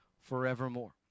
forevermore